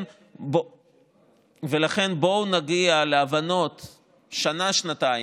לכן בואו נגיע להבנות לשנה-שנתיים.